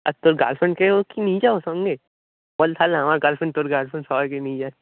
আর তোর গার্লফ্রেন্ডকেও কি নিয়ে যাব সঙ্গে বল তাহলে আমার গার্লফ্রেন্ড তোর গার্লফ্রেন্ড সবাইকে নিয়ে যাই